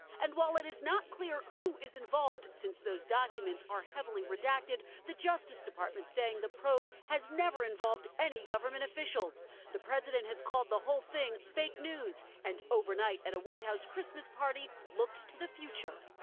and while it is not clear who is involved since those documents are heavily redacted the justice department saying the probe has never involved any government officials the president has called the whole thing fake news and overnight at a white house christmas party looked to the future.